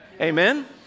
Amen